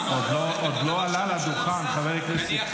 הוא עוד לא עלה לדוכן, חבר הכנסת.